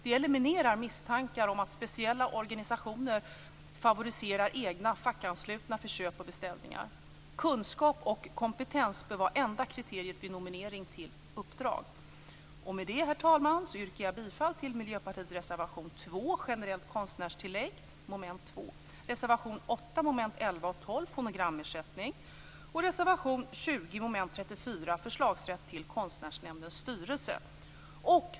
Det eliminerar misstankar om att speciella organisationer favoriserar egna fackanslutna för köp och beställningar. Kunskap och kompetens bör vara enda kriteriet vid nominering till uppdragen. Med detta, herr talman, yrkar jag bifall till Miljöpartiets reservation 2 under mom. 2 om generellt konstnärstillägg, till reservation 8 under mom. 11 och under mom. 34 om förslagsrätt till Konstnärsnämndens styrelse.